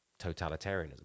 totalitarianism